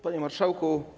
Panie Marszałku!